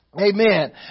Amen